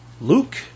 Luke